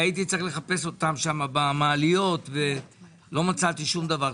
הייתי צריך לחפש אותה במעליות ולא מצאתי שום דבר.